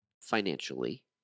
financially